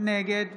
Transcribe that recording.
נגד